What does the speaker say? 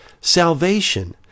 salvation